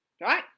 right